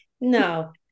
No